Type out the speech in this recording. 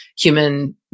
human